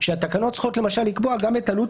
שהתקנות צריכות למשל לקבוע גם את עלות